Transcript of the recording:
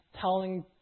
telling